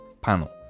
panel